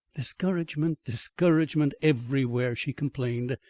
discouragement discouragement everywhere, she complained.